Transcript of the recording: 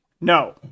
no